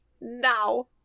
now